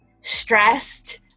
stressed